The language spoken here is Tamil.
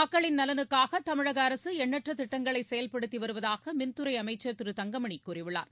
மக்களின் நலனுக்காக தமிழக அரசு எண்ணற்ற திட்டங்களை செயல்படுத்தி வருவதாக மின்துறை அமைச்சர் திரு தங்கமணி கூறியுள்ளார்